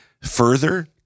further